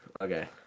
okay